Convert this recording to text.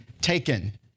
taken